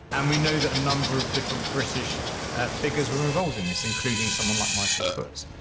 and we know that a number of different british figures were involved in this, including someone like michael foot.